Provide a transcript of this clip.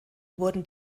wurden